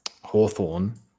Hawthorne